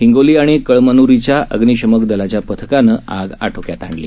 हिंगोलीआणिकळमन्रीच्याअग्निशामकदलाच्यापथकानंआगआटोक्यातआणली